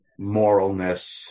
moralness